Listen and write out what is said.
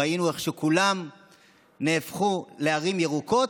ראינו איך כולן נהפכו לערים ירוקות,